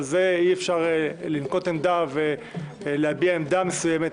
אבל על זה אי-אפשר לנקוט עמדה ולהביע עמדה מסוימת,